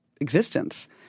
existence –